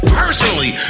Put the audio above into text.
personally